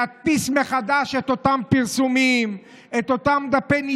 להדפיס מחדש את אותם פרסומים, את אותם דפי נייר,